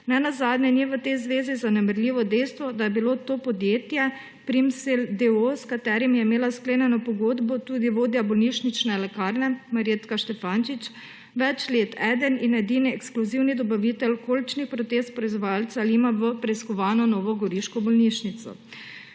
nenazadnje ni v tej zvezi zanemarljivo dejstvo, da je bilo to podjetje Primsell, d. o. o., s katerim je imela sklenjeno pogodbo tudi vodja bolnišnične lekarne Marjetka Štefančič, več let eden in edini ekskluzivni dobavitelj kolčnih protez proizvajalca Lima v preiskovani novogoriški bolnišnici.